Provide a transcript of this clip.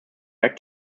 back